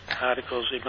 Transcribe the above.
articles